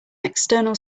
external